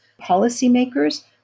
policymakers